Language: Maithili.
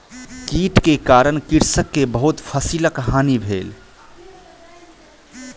कीट के कारण कृषक के बहुत फसिलक हानि भेल